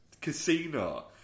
Casino